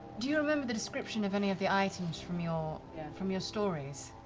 do you remember the description of any of the items from your yeah from your stories?